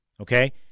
okay